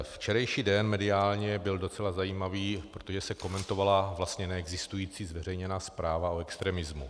Včerejší den mediálně byl docela zajímavý, protože se komentovala vlastně neexistující zveřejněná zpráva o extremismu.